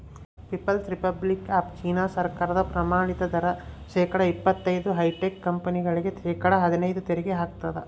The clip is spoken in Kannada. ಪೀಪಲ್ಸ್ ರಿಪಬ್ಲಿಕ್ ಆಫ್ ಚೀನಾ ಸರ್ಕಾರ ಪ್ರಮಾಣಿತ ದರ ಶೇಕಡಾ ಇಪ್ಪತೈದು ಹೈಟೆಕ್ ಕಂಪನಿಗಳಿಗೆ ಶೇಕಡಾ ಹದ್ನೈದು ತೆರಿಗೆ ಹಾಕ್ತದ